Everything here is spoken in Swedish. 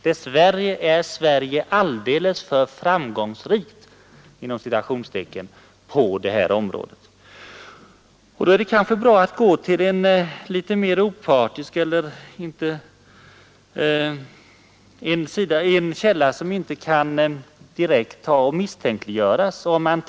Dess värre är Sverige alldeles för ”framgångsrikt” på detta område. Som bakgrund är det bra att gå till en källa, som från regeringshåll förvisso inte kan misstänkliggöras.